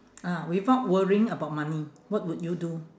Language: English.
ah without worrying about money what would you do